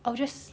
I will just